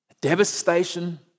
Devastation